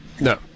No